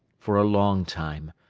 for a long time,